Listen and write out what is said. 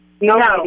No